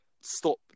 stop